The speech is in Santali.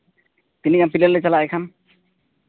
ᱛᱤᱱᱟᱹᱜ ᱜᱟᱱ ᱯᱞᱮᱭᱟᱨ ᱞᱮ ᱪᱟᱞᱟᱜᱼᱟ ᱮᱱᱠᱷᱟᱱ